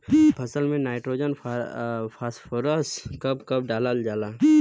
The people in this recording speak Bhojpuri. फसल में नाइट्रोजन फास्फोरस कब कब डालल जाला?